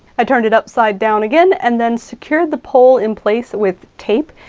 i turned it upside down again and then secured the pole in place with tape,